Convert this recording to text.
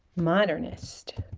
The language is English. modernist